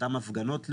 אותן הפגנות לאומניות.